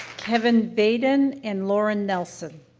kevin bayden and lauren nelson.